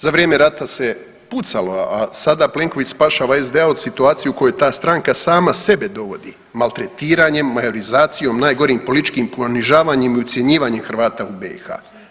Za vrijeme rata se pucalo, a sada Plenković spašava SDA od situacije u koju ta stranka sama sebe dovodi maltretiranjem, majorizacijom, najgorim političkim ponižavanjem i ucjenjivanjem Hrvata u BiH.